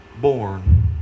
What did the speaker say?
born